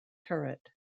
turret